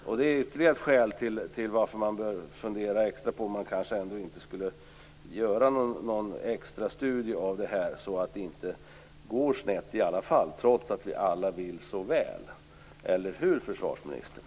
Detta är ytterligare skäl till att man bör fundera på att göra en extra studie av saken, så att det inte går snett i alla fall - trots att vi alla vill så väl. Eller hur, försvarsministern?